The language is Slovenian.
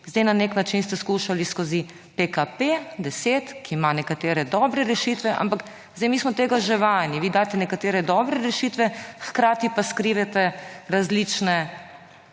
zdaj na nek način ste skušali skozi PKP10, ki ima nekatere dobre rešitve. Ampak zdaj mi smo tega že vajeni. Vi date nekatere dobre rešitve, hkrati pa skrivate različne